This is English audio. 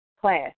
class